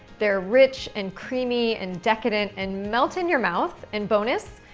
they're rich, and creamy, and decadent, and melt in your mouth. and bonus,